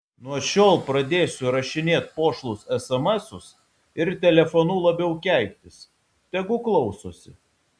nuo šiol pradėsiu rašinėt pošlus esemesus ir telefonu labiau keiktis tegu klausosi